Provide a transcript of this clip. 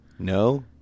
No